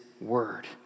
Word